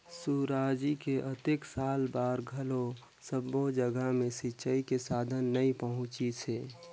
सुराजी के अतेक साल बार घलो सब्बो जघा मे सिंचई के साधन नइ पहुंचिसे